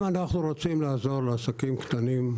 אם אנחנו רוצים לעזור לעסקים קטנים,